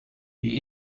die